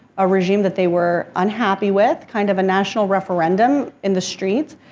a regime that they were unhappy with, kind of a national referendum in the streets.